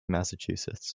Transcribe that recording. massachusetts